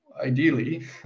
ideally